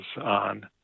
on